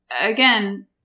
again